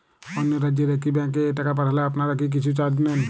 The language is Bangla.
অন্য রাজ্যের একি ব্যাংক এ টাকা পাঠালে আপনারা কী কিছু চার্জ নেন?